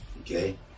okay